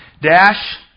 dash